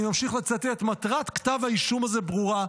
אני ממשיך לצטט: מטרת כתב האישום הזה ברורה: